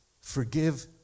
forgive